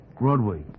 Broadway